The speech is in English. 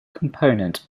component